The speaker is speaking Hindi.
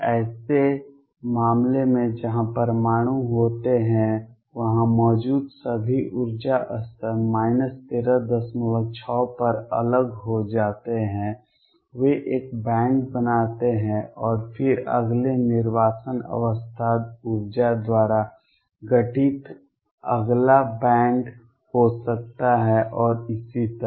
ऐसे मामले में जहां परमाणु होते हैं वहां मौजूद सभी ऊर्जा स्तर 136 पर अलग हो जाते हैं वे एक बैंड बनाते हैं और फिर अगले निर्वासन अवस्था ऊर्जा द्वारा गठित अगला बैंड हो सकता है और इसी तरह